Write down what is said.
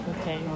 Okay